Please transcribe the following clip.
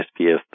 SPF